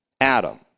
Adam